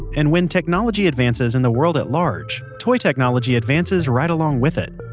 and when technology advances in the world at large, toy technology advances right along with it.